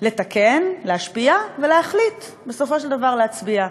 לתקן, להשפיע ולהחליט, בסופו של דבר להצביע.